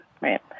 right